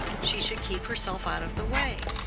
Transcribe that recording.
she should keep herself out of the way.